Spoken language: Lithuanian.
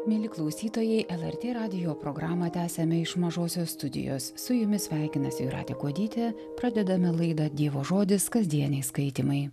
mieli klausytojai lrt radijo programą tęsiame iš mažosios studijos su jumis sveikinasi jūratė kuodytė pradedame laidą dievo žodis kasdieniai skaitymai